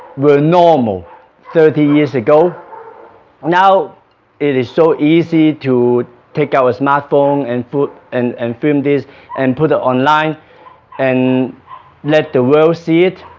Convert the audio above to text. were normal thirty years ago now it is so easy to take our smartphone and put and and film this and put it online and let the world see it